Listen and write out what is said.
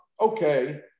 okay